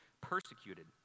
persecuted